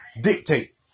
dictate